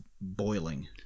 boiling